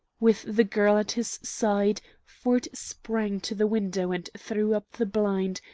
with the girl at his side, ford sprang to the window and threw up the blind,